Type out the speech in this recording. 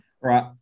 right